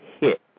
hit